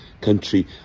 country